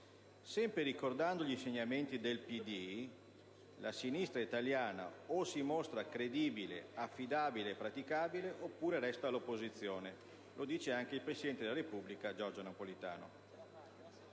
Sempre ricordando gli insegnamenti del Partito Democratico, «la sinistra italiana o si mostra credibile, affidabile e praticabile oppure resta all'opposizione». Lo dice anche il presidente della Repubblica, Giorgio Napolitano.